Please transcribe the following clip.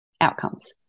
outcomes